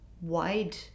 wide